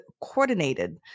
coordinated